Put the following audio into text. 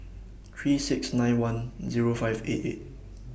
three six nine one Zero five eight eight